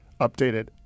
updated